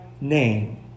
name